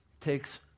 takes